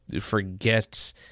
forget